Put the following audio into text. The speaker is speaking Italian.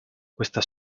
questa